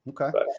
Okay